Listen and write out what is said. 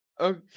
okay